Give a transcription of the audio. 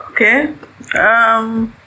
Okay